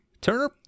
Turner